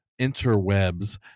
interwebs